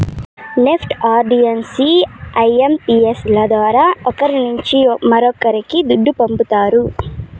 NEFT, RTGS, IMPS ల ద్వారా ఒకరి నుంచి మరొక్కరికి దుడ్డు పంపతారు